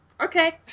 Okay